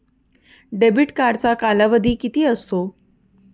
Debit कार्डचा कालावधी किती असतो?